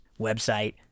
website